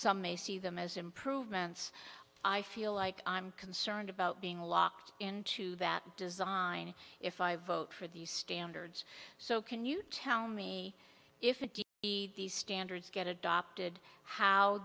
some may see them as improvements i feel like i'm concerned about being locked into that design if i vote for these standards so can you tell me if these standards get adopted how